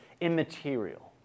immaterial